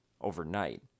overnight